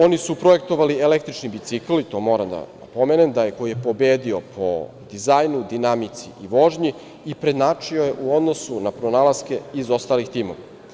Oni su projektovali električni bicikl, i to moram pomenem, koji je pobedio po dizajnu, dinamici i vožnji i prednjačio je u odnosu na pronalaske iz ostalih timova.